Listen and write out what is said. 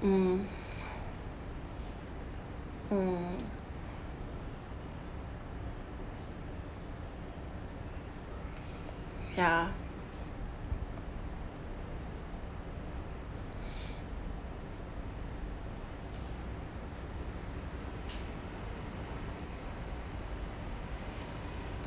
hmm ya